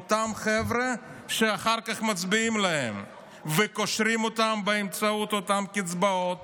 את אותם חבר'ה שאחר כך מצביעים להם וקושרים אותם באמצעות אותן קצבאות